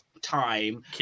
time